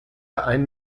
ein